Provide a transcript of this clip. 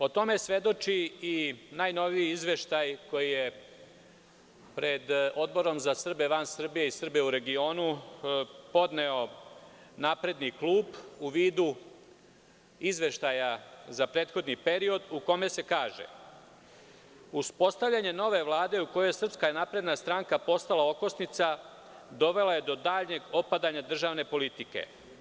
O tome svedoči i najnoviji izveštaj koji je pred Odborom za Srbe van Srbije i Srbe u regionu podneo Napredni klub, u vidu izveštaja za prethodni period, u kome se kaže: „Uspostavljanje nove Vlade, u kojoj je SNS postala okosnica, dovelo je do daljeg opadanja državne politike.